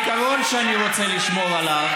לכן העיקרון שאני רוצה לשמור עליו,